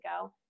go